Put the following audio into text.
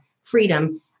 freedom